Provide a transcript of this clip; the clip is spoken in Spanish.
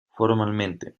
formalmente